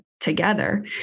together